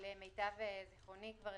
למיטב זכרוני, כבר